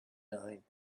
nine